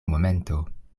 momento